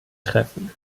treffen